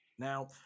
Now